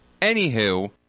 Anywho